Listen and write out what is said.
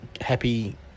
Happy